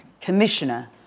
commissioner